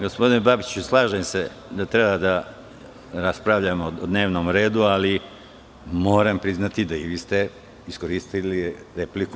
Gospodine Babiću, slažem se da treba da raspravljamo o dnevnom redu, ali moram priznati da ste i vi iskoristili repliku.